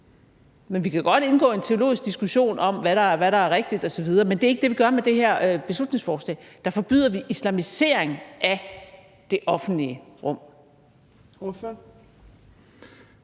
Men vi kan godt tage en teologisk diskussion om, hvad der er rigtigt osv., men det er ikke det, vi gør med det her beslutningsforslag – der forbyder vi islamisering af det offentlige rum.